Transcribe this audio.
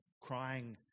crying